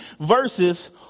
verses